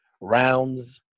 Rounds